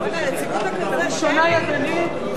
משרד הפנים (נציבות כבאות והצלה,